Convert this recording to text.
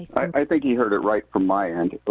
i think you heard it right from my end. oh,